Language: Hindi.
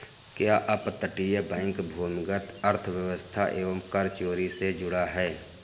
क्या अपतटीय बैंक भूमिगत अर्थव्यवस्था एवं कर चोरी से जुड़ा है?